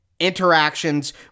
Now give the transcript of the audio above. interactions